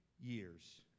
years